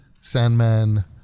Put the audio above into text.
Sandman